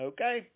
Okay